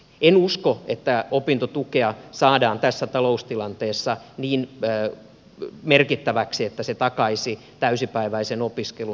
en usko että opintotukea saadaan tässä taloustilanteessa niin merkittäväksi että se takaisi täysipäiväisen opiskelun